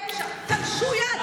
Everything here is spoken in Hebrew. תלשו יד של בת תשע.